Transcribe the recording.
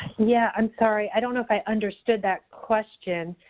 yeah, i'm sorry, i don't know if i understood that question.